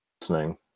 listening